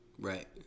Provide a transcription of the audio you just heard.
Right